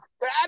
bad